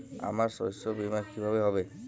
আমার শস্য বীমা কিভাবে হবে?